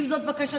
אם זאת בקשתה,